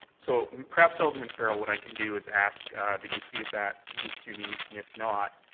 so, perhaps alderman farrell, what i can do is ask that you see if that meets your needs, and if not,